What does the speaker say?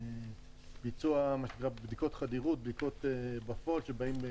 ביצוע בדיקות חדירות ובדיקות בפועל שבאים עם